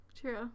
True